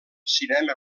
cinema